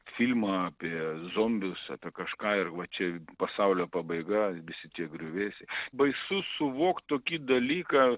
filmą apie zombius apie kažką ir va čia pasaulio pabaiga visi tie griuvėsiai baisu suvokt tokį dalyką